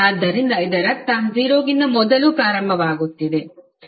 ಆದ್ದರಿಂದ ಇದರರ್ಥ 0 ಗಿಂತ ಮೊದಲು ಪ್ರಾರಂಭವಾಗುತ್ತಿದೆ